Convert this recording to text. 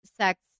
sex